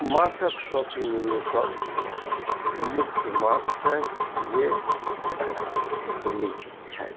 माछके शौकीन लोकक मुख्य माछ छन्हि जे एकरा लैत छथि